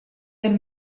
del